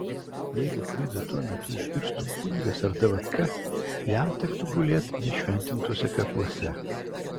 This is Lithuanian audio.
jeigu krizą tuo metu išgirstų kunigas ar davatka jam tektų gulėt nešventintuose kapuose